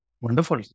Wonderful